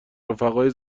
رفقای